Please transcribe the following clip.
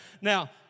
Now